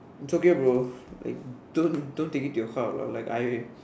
it's okay bro like don't don't take it to you heart lah I